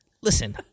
listen